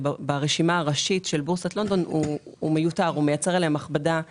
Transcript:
ברשימה הראשית של בורסת לונדון מיותר כי הוא מייצר להם הכבדה כפולה,